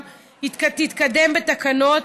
תתקדם בתקנות,